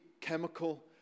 chemical